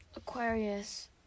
aquarius